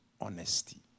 honesty